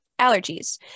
allergies